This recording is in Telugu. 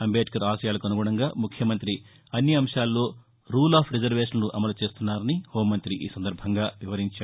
అంబేద్యర్ ఆశయాలకు అనుగుణంగా ముఖ్యమంత్రి అన్ని అంశాల్లో రూల్ ఆఫ్ రిజర్వేషన్ల అమలు చేస్తున్నారని హోంమంతి ఈ సందర్బంగా వివరించారు